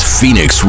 Phoenix